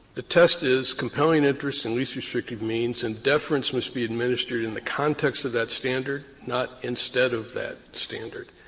the test is compelling interests and least restrictive restrictive means and deference must be administered in the context of that standard, not instead of that standard.